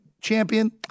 champion